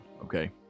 Okay